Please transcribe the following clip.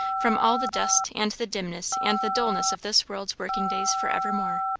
from all the dust and the dimness and the dullness of this world's working days for evermore.